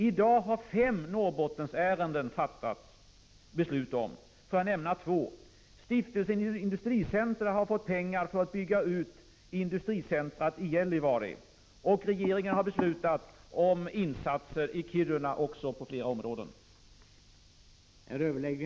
I dag har beslut fattats om fem Norrbottensärenden. Låt mig nämna två: Stiftelsen Industricentra har fått pengar för att bygga ut industricentrum i Gällivare. Regeringen har också beslutat om insatser i Kiruna på flera områden.